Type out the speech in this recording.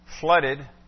Flooded